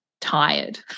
tired